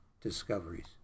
discoveries